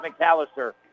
McAllister